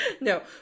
No